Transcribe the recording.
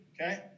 okay